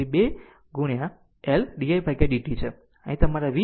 તેથી તે 2 હશે જે તમારી L di dt છે